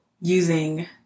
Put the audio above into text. using